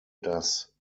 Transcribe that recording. das